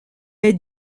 est